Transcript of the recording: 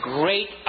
great